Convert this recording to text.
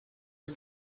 ihr